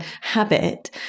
habit